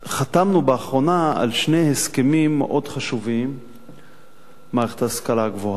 באחרונה על שני הסכמים מאוד חשובים במערכת ההשכלה הגבוהה: